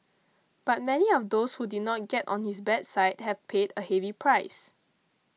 but many of those who did not get on his bad side have paid a heavy price